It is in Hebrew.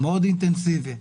אינטנסיבי מאוד.